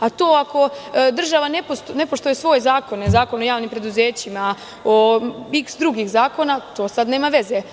Ako država ne poštuje svoje zakone, Zakon o javnim preduzećima, o iks drugih zakona, to sad nema veze.